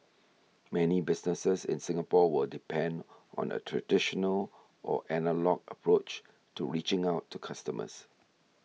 many businesses in Singapore will depend on a traditional or analogue approach to reaching out to customers